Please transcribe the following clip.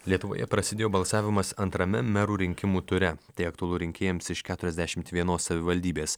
lietuvoje prasidėjo balsavimas antrame merų rinkimų ture tai aktualu rinkėjams iš keturiasdešimt vienos savivaldybės